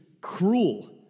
cruel